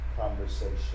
conversation